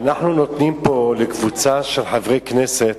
אנחנו נותנים פה לקבוצה של חברי כנסת